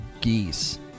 geese